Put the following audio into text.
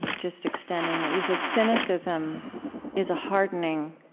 just extending that you said, cynicism is a hardening,